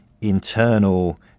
internal